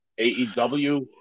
AEW